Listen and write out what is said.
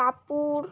Kapoor